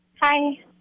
Hi